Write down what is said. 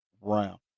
round